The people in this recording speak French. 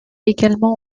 également